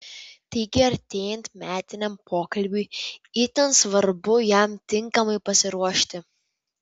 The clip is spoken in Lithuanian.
taigi artėjant metiniam pokalbiui itin svarbu jam tinkamai pasiruošti